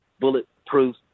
bulletproof